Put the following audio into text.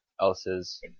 else's